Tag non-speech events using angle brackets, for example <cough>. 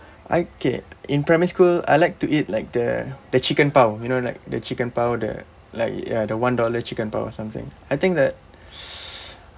I K in primary school I like to eat like the the chicken pau you know like the chicken pau the like ya the one dollar chicken pau or something I think that <noise>